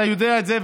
אתה יודע את זה,